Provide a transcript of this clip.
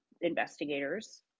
investigators